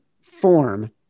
form